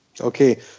Okay